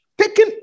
taking